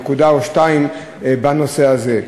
נקודה או שתיים בנושא הזה.